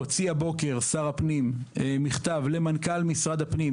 הוציא הבוקר שר הפנים מכתב למנכ"ל משרד הפנים,